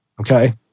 okay